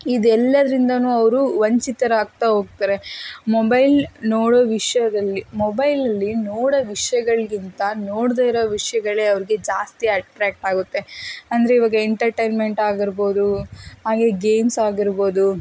ಇದೆಲ್ಲದ್ರಿಂದ ಅವರು ವಂಚಿತರಾಗ್ತಾ ಹೋಗ್ತರೆ ಮೊಬೈಲ್ ನೋಡೋ ವಿಷಯದಲ್ಲಿ ಮೊಬೈಲಲ್ಲಿ ನೋಡೋ ವಿಷಯಗಳ್ಗಿಂತ ನೋಡ್ದೇ ಇರೋ ವಿಷಯಗಳೇ ಅವ್ರಿಗೆ ಜಾಸ್ತಿ ಅಟ್ರ್ಯಾಕ್ಟ್ ಆಗುತ್ತೆ ಅಂದರೆ ಇವಾಗ ಎಂಟಟೈನ್ಮೆಂಟ್ ಆಗಿರ್ಬೋದು ಹಾಗೆ ಗೇಮ್ಸ್ ಆಗಿರ್ಬೋದು